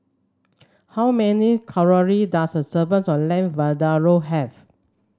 how many calorie does a serving of Lamb Vindaloo have